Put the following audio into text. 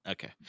Okay